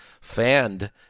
fanned